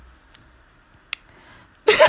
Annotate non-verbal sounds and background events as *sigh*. *laughs*